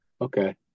okay